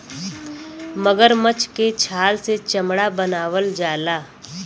मगरमच्छ के छाल से चमड़ा बनावल जाला